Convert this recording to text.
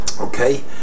Okay